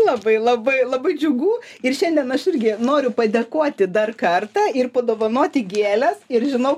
labai labai labai džiugu ir šiandien aš irgi noriu padėkoti dar kartą ir padovanoti gėles ir žinau